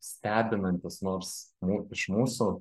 stebinantys nors mū iš mūsų